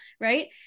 Right